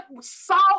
salt